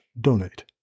donate